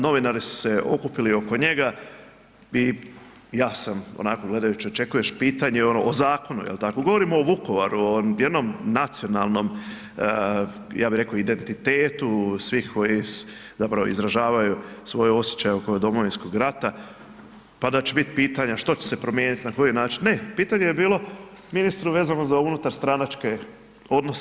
Novinari su se okupili oko njega i ja sam onako gledajući očekuješ pitanje ono o zakonu jel tako, govorimo o Vukovaru o jednom nacionalnom ja bi rekao identitetu svih koji zapravo izražavaju svoje osjećaje oko Domovinskog rata, pa da će biti pitanja što će se promijenit na koji način, ne pitanje je bilo ministru vezano za unutarstranačke odnose.